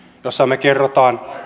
jossa me kerromme